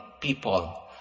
people